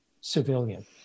civilian